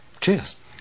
cheers